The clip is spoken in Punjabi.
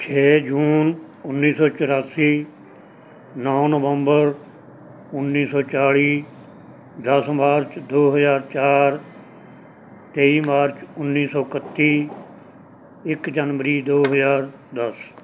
ਛੇ ਜੂਨ ਉੱਨੀ ਸੌ ਚੁਰਾਸੀ ਨੌਂ ਨਵੰਬਰ ਉੱਨੀ ਸੌ ਚਾਲੀ ਦਸ ਮਾਰਚ ਦੋ ਹਜ਼ਾਰ ਚਾਰ ਤੇਈ ਮਾਰਚ ਉੱਨੀ ਸੌ ਇਕੱਤੀ ਇੱਕ ਜਨਵਰੀ ਦੋ ਹਜ਼ਾਰ ਦਸ